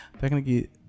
technically